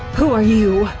who are you,